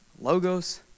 logos